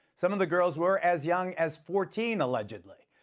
some of the girls were as young as fourteen allegedly.